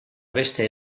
beste